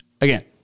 Again